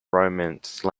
romance